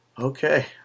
Okay